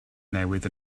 newydd